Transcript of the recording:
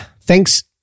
Thanks